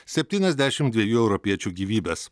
septyniasdešim dviejų europiečių gyvybes